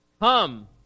Come